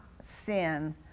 sin